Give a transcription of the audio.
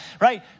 right